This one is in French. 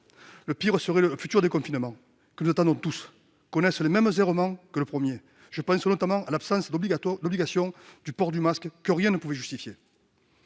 le pire serait que le futur déconfinement, que nous attendons tous, connaisse les mêmes errements que le premier- je pense notamment à l'absence d'obligation de porter un masque que rien ne pouvait justifier.